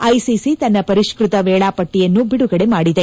ICC ತನ್ನ ಪರಿಷ್ಟತ ವೇಳಾಪಟ್ಟಿಯನ್ನು ಬಿಡುಗಡೆ ಮಾಡಿದೆ